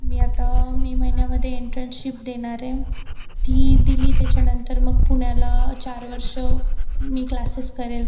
मी आता मे महिन्यामधे एनट्रनशिप देणार आहे ती दिली त्याच्यानंतर मग पुण्याला चार वर्ष मी क्लासेस करेल